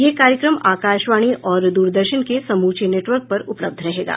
यह कार्यक्रम आकाशवाणी और द्रदर्शन के समूचे नेटवर्क पर उपलब्ध रहेगा